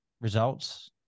results